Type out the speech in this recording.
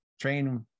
Train